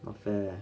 not fair ah